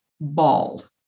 bald